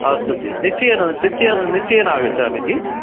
अस्तु जि निश्चयेन निश्चयेन निश्चयेन आगच्छामि जि